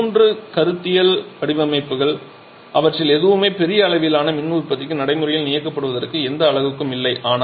இந்த மூன்று கருத்தியல் வடிவமைப்புகள் அவற்றில் எதுவுமே பெரிய அளவிலான மின் உற்பத்திக்கு நடைமுறையில் நியமிக்கப்பட்ட எந்த அலகுக்கும் இல்லை